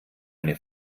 eine